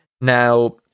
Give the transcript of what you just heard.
Now